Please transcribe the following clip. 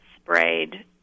sprayed